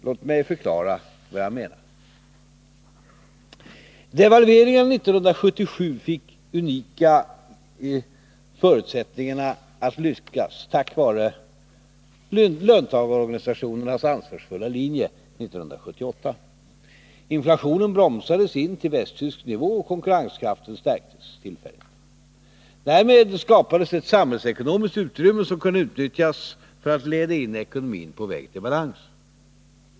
Låt mig förklara vad jag menar. Devalveringarna 1977 fick unika förutsättningar att lyckas tack vare löntagarorganisationernas ansvarsfulla linjer 1978. Inflationen bromsades in till västtysk nivå, och konkurrenskraften stärktes tillfälligt. Därmed skapades ett samhällsekonomiskt utrymme som kunde ha utnyttjats för att leda in ekonomin på en väg mot balans.